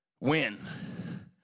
Win